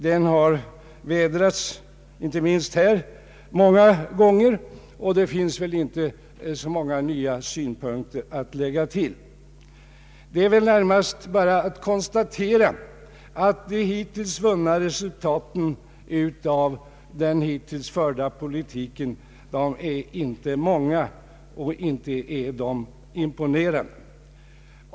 Den har vädrats många gånger, inte minst här, och det finns väl inte så många nya synpunkter att lägga till. Det är väl närmast bara att konstatera att de hittills vunna resultaten av den förda politiken inte är många och inte heller imponerande.